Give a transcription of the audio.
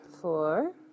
four